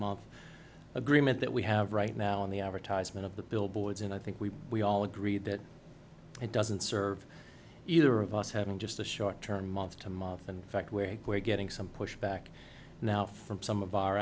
month agreement that we have right now in the advertisement of the billboards and i think we we all agree that it doesn't serve either of us having just a short term mouth to mouth and fact where we're getting some pushback now from some of our